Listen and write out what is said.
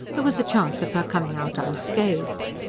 there was a chance of her coming out unscathed.